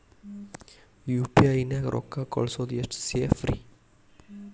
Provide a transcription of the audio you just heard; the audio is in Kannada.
ಯು.ಪಿ.ಐ ನ್ಯಾಗ ರೊಕ್ಕ ಕಳಿಸೋದು ಎಷ್ಟ ಸೇಫ್ ರೇ?